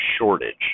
shortage